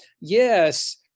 yes